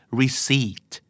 receipt